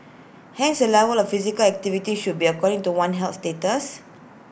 hence the level of physical activity should be according to one's health status